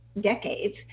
decades